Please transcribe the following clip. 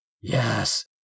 Yes